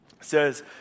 says